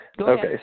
Okay